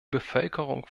bevölkerung